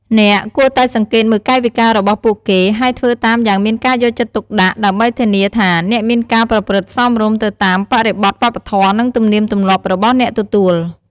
អ្នកគួរតែសង្កេតមើលកាយវិការរបស់ពួកគេ ហើយធ្វើតាមយ៉ាងមានការយកចិត្តទុកដាក់ ដើម្បីធានាថាអ្នកមានការប្រព្រឹត្តសមរម្យទៅតាមបរិបទវប្បធម៌ និងទំនៀមទម្លាប់របស់អ្នកទទួល។